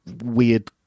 weird